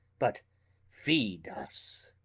but feed us.